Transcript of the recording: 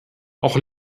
auch